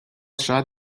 شاید